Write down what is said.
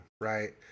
right